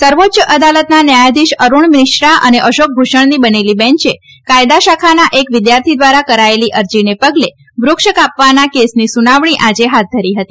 સર્વોચ્ય અદાલતના ન્યાયાધીશ અરૂણ મિશ્રા અને અશોક ભુષણની બનેલી બેન્ચે કાયદા શાખાના એક વિદ્યાર્થી દ્વારા કરાયેલી અરજીને પગલે વૃક્ષ કાપવાના કેસની સુનવણી આજે હાથ ધરી હતી